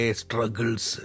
struggles